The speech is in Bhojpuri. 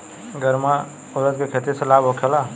गर्मा उरद के खेती से लाभ होखे ला?